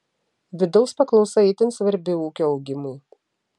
vidaus paklausa itin svarbi ūkio augimui